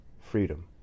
freedom